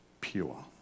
pure